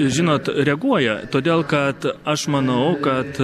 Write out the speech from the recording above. žinot reaguoja todėl kad aš manau kad